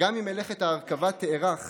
וגם אם מלאכת ההרכבה תארך